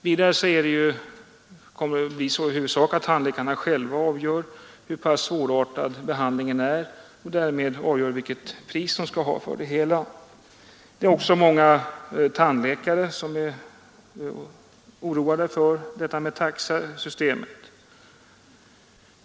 Vidare kommer det i huvudsak att bli på det sättet att tandläkaren själv avgör hur pass omfattande behandlingen är och därmed avgör vilken ersättning han skall ha för sitt arbete. Även många tandläkare är oroade av ett sådant taxesystem.